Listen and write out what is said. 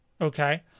okay